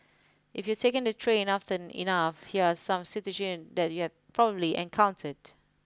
if you've taken the train often enough here are some situation that you have probably encountered